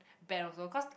bad also cause